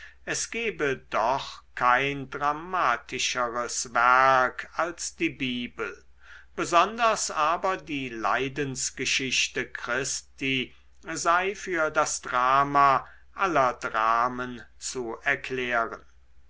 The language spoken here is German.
es gebe doch kein dramatischeres werk als die bibel besonders aber die leidensgeschichte christi sei für das drama aller dramen zu erklären